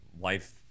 Life